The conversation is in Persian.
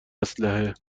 اسلحه